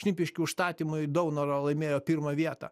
šnipiškių užstatymui daunora laimėjo pirmą vietą